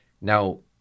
Now